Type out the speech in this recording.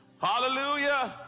Hallelujah